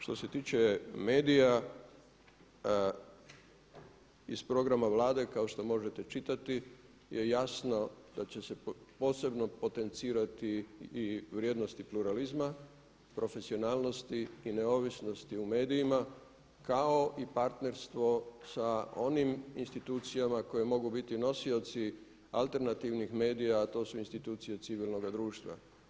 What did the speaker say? Što se tiče medija iz programa Vlade kao što možete čitati je jasno da će se posebno potencirati i vrijednosti pluralizma, profesionalnosti i neovisnosti u medijima kao i partnerstvo sa onim institucijama koje mogu biti nosioci alternativnih medija a to su institucije civilnoga društva.